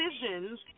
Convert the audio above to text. decisions